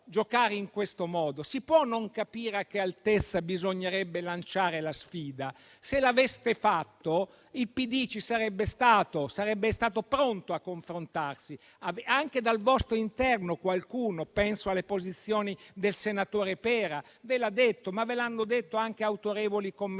Si può non capire a che altezza bisognerebbe lanciare la sfida? Se l'aveste fatto, il Partito Democratico ci sarebbe stato e sarebbe stato pronto a confrontarsi. Anche dal vostro interno qualcuno - penso alle posizioni del senatore Pera - ve l'ha detto, ma ve l'hanno detto anche autorevoli commentatori,